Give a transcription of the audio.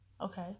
Okay